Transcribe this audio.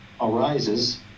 arises